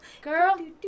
Girl